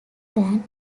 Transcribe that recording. than